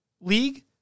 league